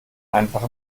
einfach